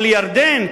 או לירדן,